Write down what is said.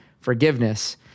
forgiveness